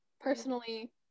personally